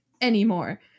anymore